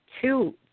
two